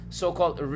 so-called